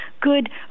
good